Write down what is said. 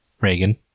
Reagan